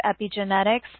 epigenetics